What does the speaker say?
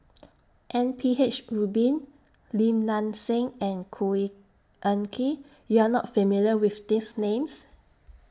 M P H Rubin Lim Nang Seng and Khor Ean Ghee YOU Are not familiar with These Names